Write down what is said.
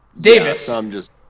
Davis